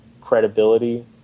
credibility